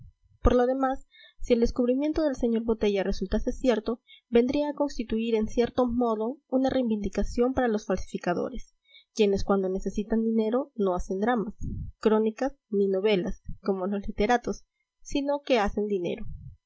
por lo demás si el descubrimiento del sr botella resultase cierto vendría a constituir en cierto modo una reivindicación para los falsificadores quienes cuando necesitan dinero no hacen dramas crónicas ni novelas como los literatos sino que hacen dinero